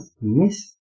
miss